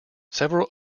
several